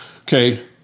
Okay